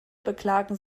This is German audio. beklagen